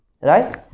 Right